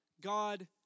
God